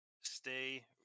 stay